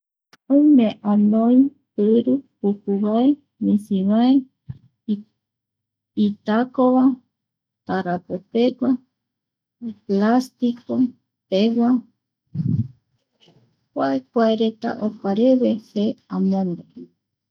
Oime anoi piru pukuvae, misivae, i itaco va arakupegua, plastico pegua, kuae, kua reta opareve se aiporu